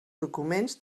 documents